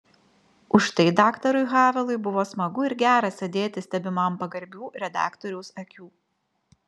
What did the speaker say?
užtai daktarui havelui buvo smagu ir gera sėdėti stebimam pagarbių redaktoriaus akių